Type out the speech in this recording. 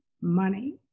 money